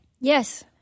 Yes